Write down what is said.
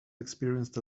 experienced